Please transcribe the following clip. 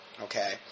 Okay